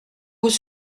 vous